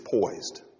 poised